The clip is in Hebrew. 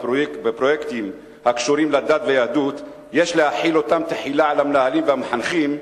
פרויקטים הקשורים לדת וליהדות יוחלו תחילה על המנהלים והמחנכים,